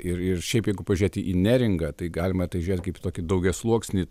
ir ir šiaip jeigu pažiūrėt į neringą tai galima į tai žiūrėt kaip į tokį daugiasluoksnį